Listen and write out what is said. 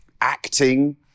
acting